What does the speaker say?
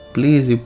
Please